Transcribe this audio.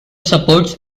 supports